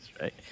right